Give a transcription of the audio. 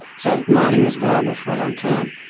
so mining was global for a long time.